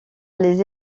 les